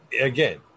again